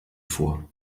vor